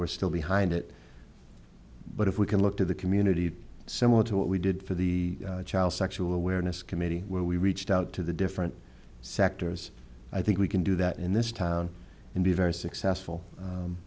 we're still behind it but if we can look to the community similar to what we did for the child sexual where ness committee where we reached out to the different sectors i think we can do that in this town and be very successful